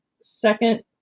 second